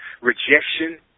rejection